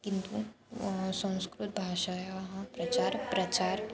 किन्तु संस्कृतभाषायाः प्रचारः प्रचारः